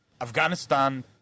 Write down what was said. Afghanistan